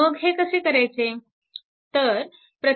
मग हे कसे करायचे